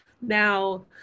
Now